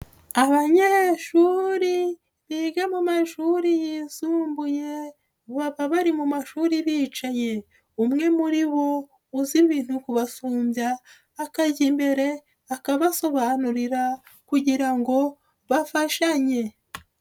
Abanyeshuri biga mu mashuri yisumbuye baba bari mu mashuri bicaye, umwe muri bo uzi ibintu kubasumbya akajya imbere akabasobanurira kugira ngo bafashanye.